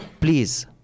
please